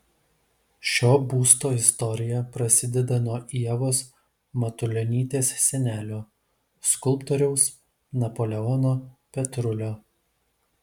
šio būsto istorija prasideda nuo ievos matulionytės senelio skulptoriaus napoleono petrulio